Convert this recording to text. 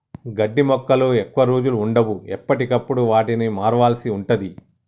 గడ్డి మొక్కలు ఎక్కువ రోజులు వుండవు, ఎప్పటికప్పుడు వాటిని మార్వాల్సి ఉంటది